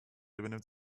übernimmt